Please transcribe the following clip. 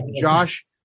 Josh